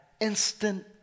instant